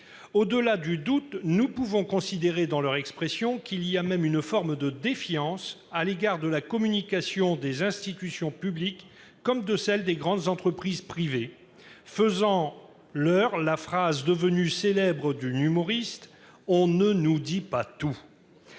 Au-delà du doute, nous pouvons considérer qu'il y a même, dans leur expression, une forme de défiance à l'égard de la communication des institutions publiques comme de celle des grandes entreprises privées, faisant leur la phrase devenue célèbre d'une humoriste :« On ne nous dit pas tout !